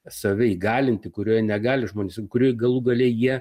save įgalinti kurioj negali žmonės kurioj galų gale jie